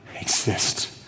exist